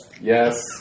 Yes